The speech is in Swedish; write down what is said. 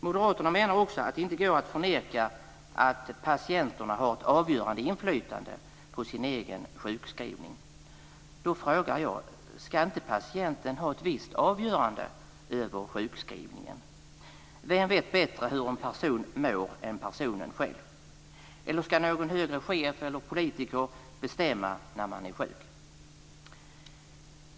Moderaterna menar också att det inte går att förneka att patienten har ett avgörande inflytande på sin egen sjukskrivning. Då frågar jag om inte patienten ska ha ett visst avgörande över sjukskrivningen. Vem vet bättre hur en person mår än personen själv? Ska någon högre chef eller politiker bestämma när man är sjuk?